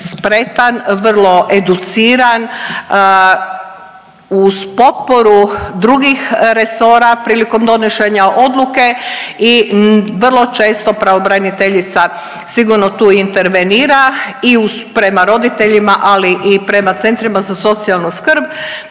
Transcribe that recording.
spretan, vrlo educiran uz potporu drugih resora prilikom donošenja odluke i vrlo često pravobraniteljica sigurno tu intervenira i prema roditeljima, ali i prema centrima za socijalnu skrb,